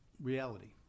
Reality